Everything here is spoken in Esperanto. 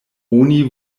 oni